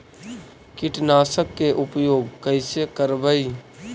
कीटनाशक के उपयोग कैसे करबइ?